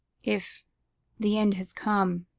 if the end has come,